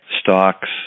stocks